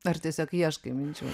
ar tiesiog ieškai minčių